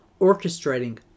orchestrating